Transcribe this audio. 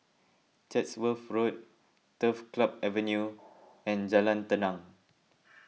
Chatsworth Road Turf Club Avenue and Jalan Tenang